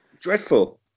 Dreadful